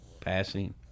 passing